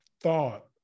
thought